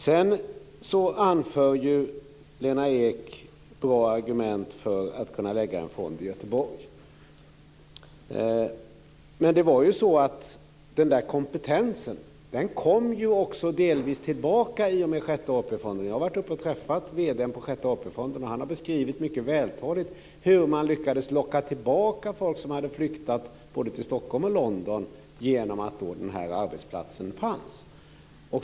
Sedan anför Lena Ek bra argument för att kunna lägga en fond i Göteborg. Men det var ju så att kompetensen delvis kom tillbaka i och med Sjätte AP fonden. Jag har träffat vd för Sjätte AP-fonden, och han har mycket vältaligt beskrivit hur man lyckades locka tillbaka människor som hade flyttat både till Stockholm och London genom att den här arbetsplatsen fanns.